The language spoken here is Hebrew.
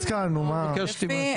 נראות לי סבירות.